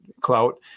clout